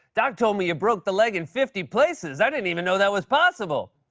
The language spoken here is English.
doc told me you broke the leg in fifty places! i didn't even know that was possible!